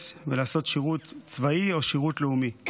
ולעשות שירות צבאי או שירות לאומי.